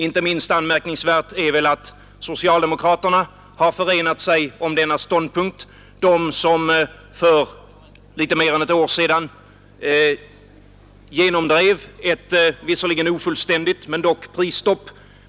Inte minst anmärkningsvärt är väl att socialdemokraterna har förenat sig om denna ståndpunkt, de som för litet mer än ett år sedan genomdrev ett prisstopp, låt vara att det var ofullständigt.